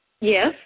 Yes